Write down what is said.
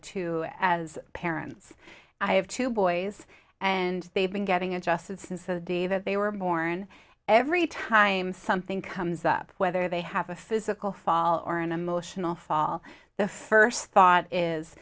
to as parents i have two boys and they've been getting adjusted since the day that they were born every time something comes up whether they have a physical fall or an emotional fall the first thought is